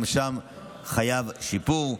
גם שם חייב להיות שיפור,